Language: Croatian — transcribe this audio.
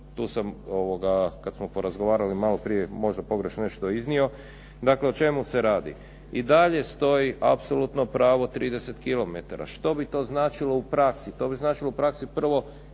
tu sam kad smo porazgovarali maloprije možda pogrešno nešto iznio, dakle o čemu se radi. I dalje stoji apsolutno pravo 30 kilometara. Što bi to značilo u praksi. To bi značilo u praksi prvo